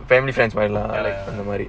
family friends my lah like from nobody